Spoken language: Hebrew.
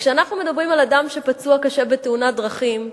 כשאנחנו מדברים על אדם שפצוע קשה בתאונת דרכים,